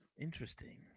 interesting